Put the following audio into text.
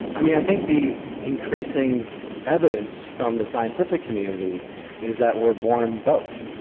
i mean i think the increasing evidence from the scientific community is that we're born both.